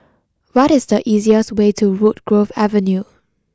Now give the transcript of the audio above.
what is the easiest way to Woodgrove Avenue